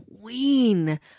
queen